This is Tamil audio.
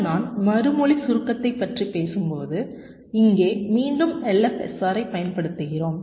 இப்போது நான் மறுமொழி சுருக்கத்தைப் பற்றி பேசும்போது இங்கே மீண்டும் LFSR ஐ பயன்படுத்துகிறோம்